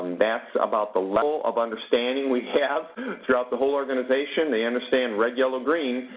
that's about the level of understanding we have throughout the whole organization. they understand red, yellow, green,